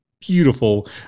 Beautiful